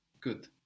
Good